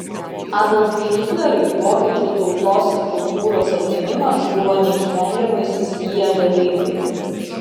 adolfui hitleriui vokiečių tautos ir kultūros atgimimas buvo neišvengiamai susiję dalykai